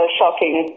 shocking